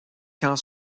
quand